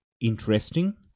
interesting